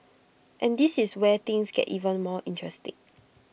and this is where things get even more interesting